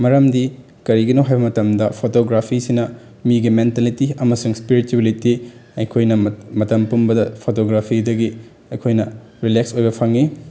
ꯃꯔꯝꯗꯤ ꯀꯔꯤꯒꯤꯅꯣ ꯍꯥꯏꯕ ꯃꯇꯝꯗ ꯐꯣꯇꯣꯒ꯭ꯔꯥꯐꯤꯁꯤꯅ ꯃꯤꯒꯤ ꯃꯦꯟꯇꯦꯂꯤꯇꯤ ꯑꯃꯁꯨꯡ ꯏꯁꯄꯤꯔꯤꯆꯨꯋꯦꯂꯤꯇꯤ ꯑꯩꯈꯣꯏꯅ ꯃꯇꯝ ꯄꯨꯝꯕꯗ ꯐꯣꯇꯣꯒ꯭ꯔꯥꯐꯤꯗꯒꯤ ꯑꯩꯈꯣꯏꯅ ꯔꯤꯂꯦꯛꯁ ꯑꯣꯏꯕ ꯐꯪꯉꯤ